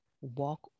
walk